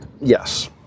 yes